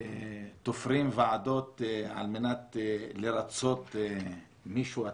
תופרים ועדות על מנת לרצות מישהו.